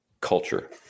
culture